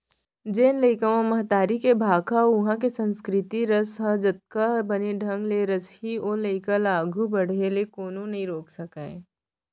जेन लइका म महतारी भाखा अउ उहॉं के संस्कृति रस ह जतका बने ढंग ले रसही ओ लइका ल आघू बाढ़े ले कोनो नइ रोके सकयँ